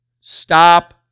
Stop